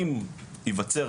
אם יווצר